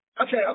okay